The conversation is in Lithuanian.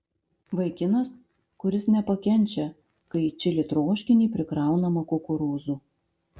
vaikinas kuris nepakenčia kai į čili troškinį prikraunama kukurūzų